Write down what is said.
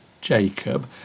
Jacob